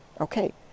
Okay